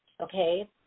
okay